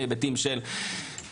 בהיבטים של חקיקה,